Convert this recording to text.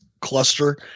cluster